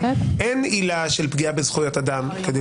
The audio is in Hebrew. אין עילה של פגיעה בזכויות אדם כדי